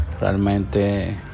realmente